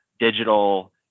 Digital